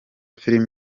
film